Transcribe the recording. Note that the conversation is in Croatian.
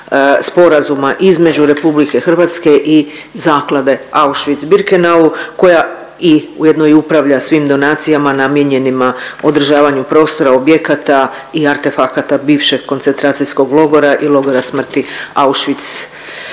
sporazuma između RH i Zaklade Auschwitz-Birkenau koja i ujedno i upravlja svim donacijama namijenjenima održavanju prostora, objekata i artefakata bivšeg koncentracijskog logora i logora smrti Auschwitz-Birkenau.